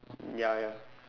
ya ya